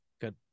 Good